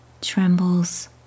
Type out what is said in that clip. trembles